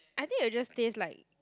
I think it'll just taste like